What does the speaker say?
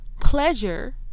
pleasure